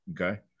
Okay